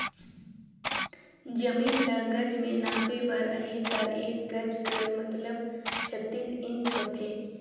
जमीन ल गज में नापे बर अहे ता एक गज कर मतलब छत्तीस इंच होथे